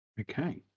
Okay